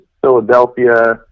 Philadelphia